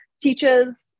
teaches